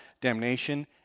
damnation